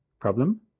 problem